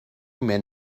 men